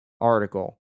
article